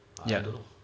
ya